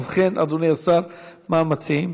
ובכן, אדוני השר, מה מציעים?